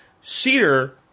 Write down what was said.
Cedar